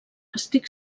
estic